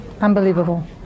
Unbelievable